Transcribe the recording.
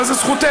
אבל זו זכותך,